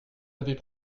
avez